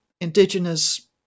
indigenous